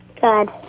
Good